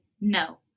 No